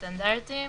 סעיפים סטנדרטיים.